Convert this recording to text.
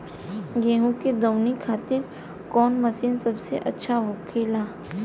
गेहु के दऊनी खातिर कौन मशीन सबसे अच्छा होखेला?